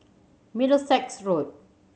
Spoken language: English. Middlesex Road